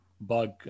bug